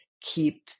keep